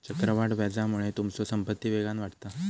चक्रवाढ व्याजामुळे तुमचो संपत्ती वेगान वाढता